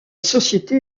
société